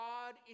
God